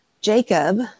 Jacob